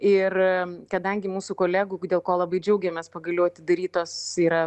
ir kadangi mūsų kolegų dėl ko labai džiaugiamės pagaliau atidarytos yra